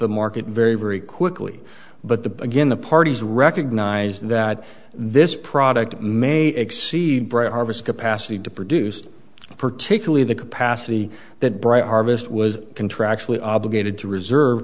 the market very very quickly but the again the parties recognize that this product may exceed bright harvest capacity to produce particularly the capacity that bright harvest was contractually obligated to reserve